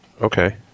Okay